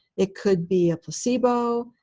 it could be a placebo.